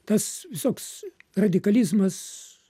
tas visoks radikalizmas